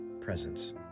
Presence